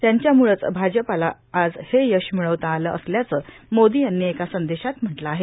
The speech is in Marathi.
यांच्यामुळेच भाजपला आज हे यश र्मिळवता आलं असल्याचं मोदों यांनी एका संदेशात म्हटलं आहे